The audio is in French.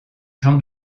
jean